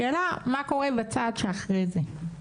שאלה מה קורה בצעד שאחרי זה.